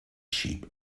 sheep